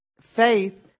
faith